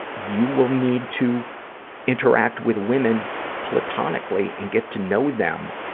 you will need to interact with women platonically and get to know them